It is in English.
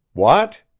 what!